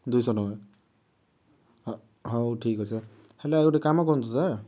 ଦୁଇଶହ ଟଙ୍କା ହ ହଉ ଠିକ୍ ଅଛି ସାର୍ ହେଲେ ଗୋଟେ କାମ କରନ୍ତୁ ସାର୍